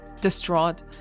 Distraught